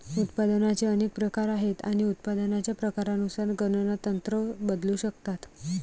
उत्पादनाचे अनेक प्रकार आहेत आणि उत्पादनाच्या प्रकारानुसार गणना तंत्र बदलू शकतात